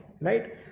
right